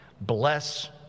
Bless